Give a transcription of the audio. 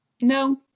no